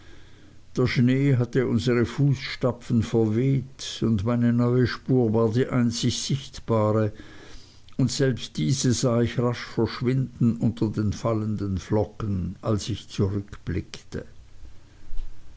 der schnee hatte unsere fußstapfen verweht und meine neue spur war die einzig sichtbare und selbst diese sah ich rasch verschwinden unter den fallenden flocken als ich zurückblickte